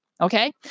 okay